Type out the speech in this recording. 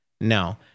no